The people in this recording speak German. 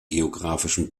geografischen